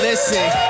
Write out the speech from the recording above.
Listen